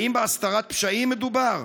האם בהסתרת פשעים מדובר?